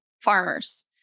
farmers